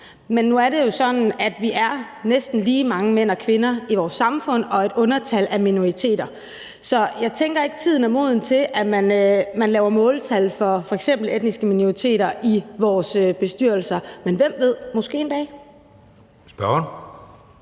Men nu er det jo sådan, at vi næsten er lige mange mænd og kvinder i vores samfund, og at minoriteter er i undertal. Så jeg tænker ikke, at tiden er moden til, at man laver måltal for f.eks. etniske minoriteter i vores bestyrelser. Men hvem ved, måske kommer det